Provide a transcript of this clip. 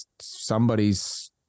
somebody's